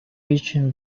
reaching